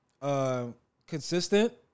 consistent